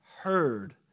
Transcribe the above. heard